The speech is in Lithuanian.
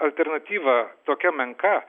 alternatyva tokia menka